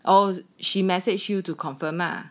oh she message you to confirm ah